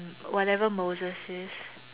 whatever Moses is